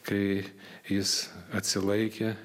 kai jis atsilaikė